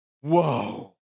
whoa